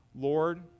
Lord